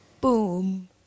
Boom